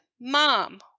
Mom